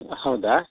ಹೌದೇ